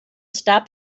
stop